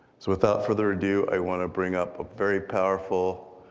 so without further ado, i wanna bring up a very powerful,